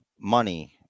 money